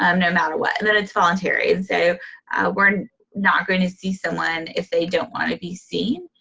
um no matter what. and then it's voluntary, and so we're not going to see someone if they don't want to be seen.